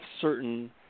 certain